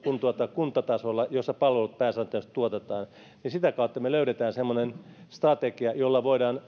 kuntatasolla jolla palvelut pääsääntöisesti tuotetaan me löydämme semmoisen strategian jolla voidaan